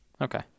Okay